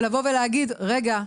ולבוא ולהגיד רגע,